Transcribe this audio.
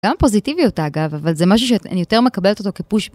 גם פוזיטיביות אגב, אבל זה משהו שאני יותר מקבלת אותו כפוש.